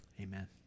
Amen